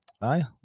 Aye